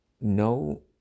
no